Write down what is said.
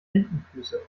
entenfüße